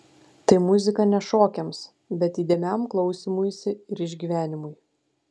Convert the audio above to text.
tai muzika ne šokiams bet įdėmiam klausymuisi ir išgyvenimui